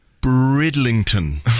Bridlington